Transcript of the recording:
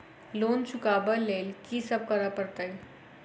Loan चुका ब लैल की सब करऽ पड़तै?